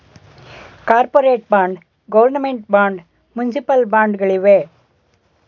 corporate bond, government bond, municipal bond ಗಳಿವೆ